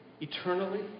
eternally